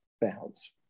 bounds